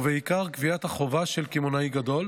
ובעיקר קביעת החובה של קמעונאי גדול